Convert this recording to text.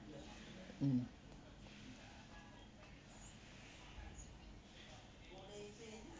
mm